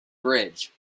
bridge